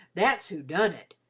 that's who done it.